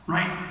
Right